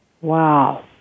Wow